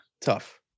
tough